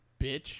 Bitch